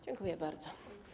Dziękuję bardzo.